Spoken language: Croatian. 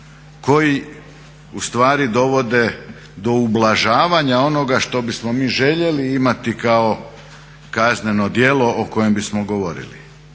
koji u stvari dovode do ublažavanja onoga što bismo mi željeli imati kao kazneno djelo o kojem bismo govorili.